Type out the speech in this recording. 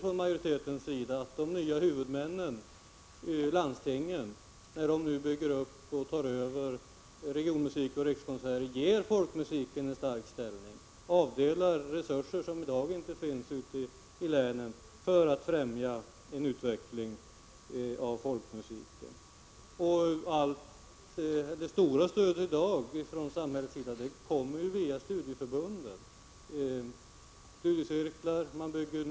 Utskottsmajoriteten förutsätter att de nya huvudmännen, landstingen, ger folkmusiken en stark ställning, när de nu tar över och bygger upp regionmusiken och Rikskonserter. Vi räknar med att det kommer att avdelas resurser som i dag saknas i länen, i avsikt att främja en utveckling av folkmusiken. Det stora samhälleliga stödet i dag kommer genom studieförbunden. Det anordnas studiecirklar.